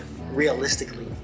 realistically